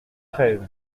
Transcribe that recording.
treize